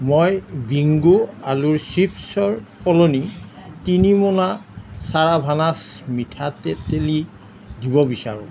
মই বিংগ' আলুৰ চিপ্ছৰ সলনি তিনি মোনা চাৰাভানাছ মিঠা তেতেলী দিব বিচাৰোঁ